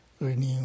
renew